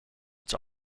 its